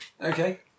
okay